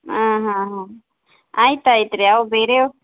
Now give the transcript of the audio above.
ಆಂ ಹಾಂ ಹಾಂ ಆಯ್ತು ಆಯ್ತು ರೀ ಅವು ಬೇರೇವು